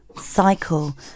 Cycle